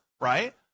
right